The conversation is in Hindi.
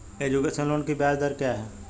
एजुकेशन लोन की ब्याज दर क्या है?